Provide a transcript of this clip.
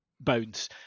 bounce